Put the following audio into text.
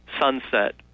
sunset